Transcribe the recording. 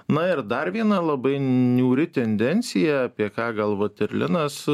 na ir dar viena labai niūri tendencija apie ką gal vat ir linas